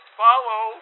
follow